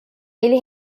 ele